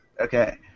Okay